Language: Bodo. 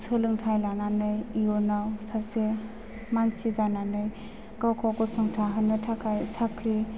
सोलोंथाइ लानानै इयुनाव सासे मानसि जानानै गावखौ गसंथाहोनो थाखाय साख्रि